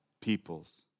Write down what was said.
Peoples